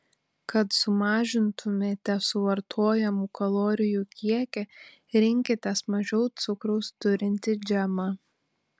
kad sumažintumėte suvartojamų kalorijų kiekį rinkitės mažiau cukraus turintį džemą